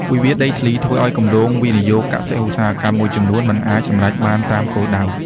វិវាទដីធ្លីធ្វើឱ្យគម្រោងវិនិយោគកសិ-ឧស្សាហកម្មមួយចំនួន មិនអាចសម្រេចបានតាមគោលដៅ។